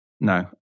No